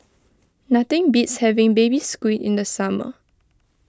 nothing beats having Baby Squid in the summer